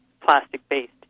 plastic-based